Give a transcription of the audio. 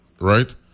right